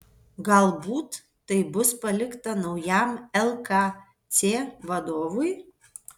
galbūt tai bus palikta naujam lkc vadovui